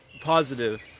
positive